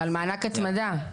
זה על מענק התמדה.